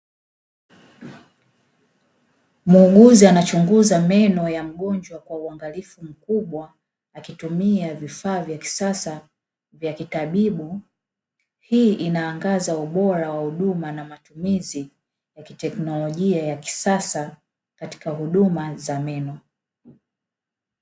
Muuguzi anachunguza meno ya mgonjwa kwa uangalifu mkubwa akitumia vifaa vya kisasa vya kitabibu, hii inaangaza ubora wa huduma na matumizi ya teknolojia ya kisasa katika huduma za meno.